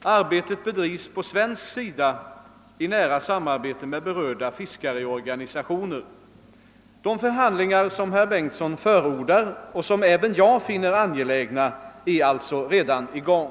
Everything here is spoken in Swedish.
Arbetet bedrivs på svensk sida i nära samarbete med berörda fiskarorganisationer. De förhandlingar herr Bengtsson förordar och som även jag finner angelägna är alltså redan i gång.